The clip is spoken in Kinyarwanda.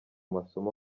masomo